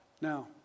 Now